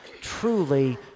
truly